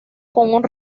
con